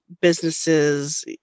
businesses